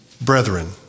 brethren